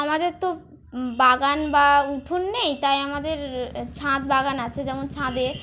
আমাদের তো বাগান বা উঠোন নেই তাই আমাদের ছাদ বাগান আছে যেমন ছাদে